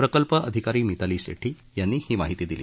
प्रकल्प अधिकारी मिताली सेठी यांनी ही माहिती दिली